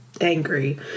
angry